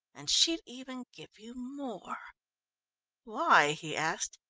and she'd even give you more why? he asked.